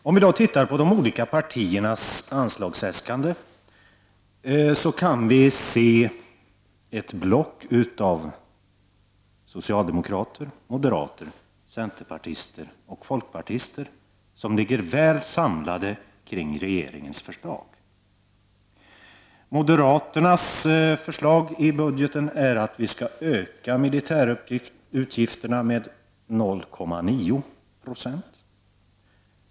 Om vi tittar på de olika partiernas anslagsäskanden kan vi se ett block av socialdemokrater, moderater, folkpartister och centerpartister som ligger väl samlade kring regeringens förslag. Moderaternas budgetförslag är att vi skall öka militärutgifterna med 0,9 96.